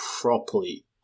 properly